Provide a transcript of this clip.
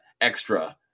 extra